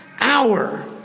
Hour